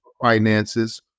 finances